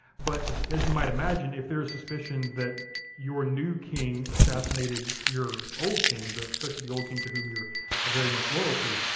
but as you might imagine, if there is suspicion that your new king assassinated your old king, but especially the old king to whom you're ah very much loyal to,